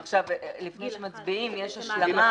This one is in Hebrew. עכשיו, לפני שאתם מצביעים, יש השלמה.